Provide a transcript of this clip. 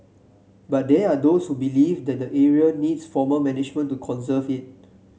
but there are those who believe that the area needs formal management to conserve it